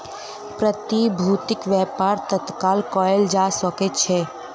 प्रतिभूतिक व्यापार तत्काल कएल जा सकै छै